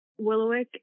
Willowick